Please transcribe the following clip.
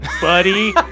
buddy